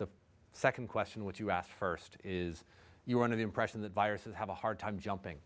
e second question which you asked first is you under the impression that viruses have a hard time jumping